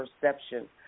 perception